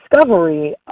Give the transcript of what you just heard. discovery